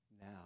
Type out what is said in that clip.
Now